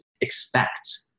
expect